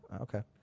Okay